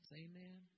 Amen